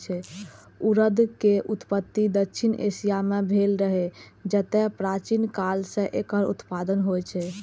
उड़द के उत्पत्ति दक्षिण एशिया मे भेल रहै, जतय प्राचीन काल सं एकर उत्पादन होइ छै